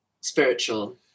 spiritual